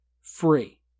free